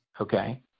okay